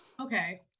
Okay